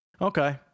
okay